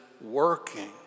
working